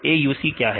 AUC क्या है